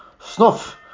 snuff